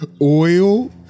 oil